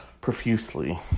profusely